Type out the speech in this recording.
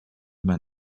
main